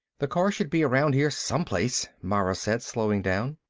the car should be around here, someplace, mara said, slowing down.